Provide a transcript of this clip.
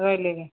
ରହିଲି ଆଜ୍ଞା